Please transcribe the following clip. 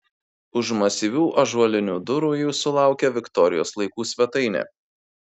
už masyvių ąžuolinių durų jūsų laukia viktorijos laikų svetainė